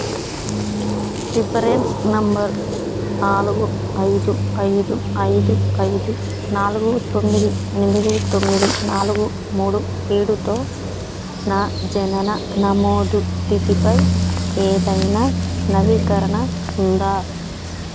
reference number నాలుగు ఐదు ఐదు ఐదు ఐదు నాలుగు తొమ్మిది ఎనిమిది తొమ్మిది నాలుగు మూడు ఏడుతో నా జనన నమోదు స్థితిపై ఏదైనా నవీకరణ ఉందా